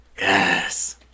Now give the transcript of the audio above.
Yes